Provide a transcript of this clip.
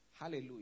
Hallelujah